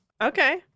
Okay